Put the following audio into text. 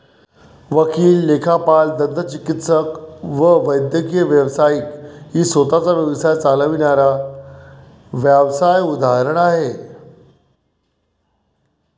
वकील, लेखापाल, दंतचिकित्सक व वैद्यकीय व्यावसायिक ही स्वतः चा व्यवसाय चालविणाऱ्या व्यावसाय उदाहरण आहे